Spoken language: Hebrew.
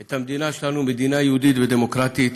את המדינה שלנו מדינה יהודית ודמוקרטית,